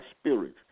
spirit